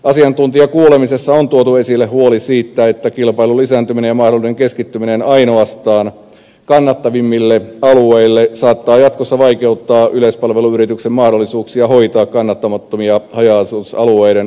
asiantuntijakuulemisessa on tuotu esille huoli siitä että kilpailun lisääntyminen ja mahdollinen keskittyminen ainoastaan kannattavimmille alueille saattaa jatkossa vaikeuttaa yleispalveluyrityksen mahdollisuuksia hoitaa kannattamattomia haja asutusalueiden jakelureittejä ja toimipaikkaverkkoja